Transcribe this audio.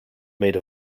made